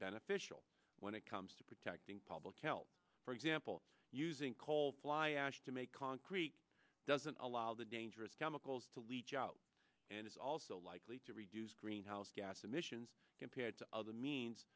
beneficial when it comes to protecting public health for example using coal fly ash to make concrete doesn't allow the dangerous chemicals to leach out and is also likely to reduce greenhouse gas emissions compared to other means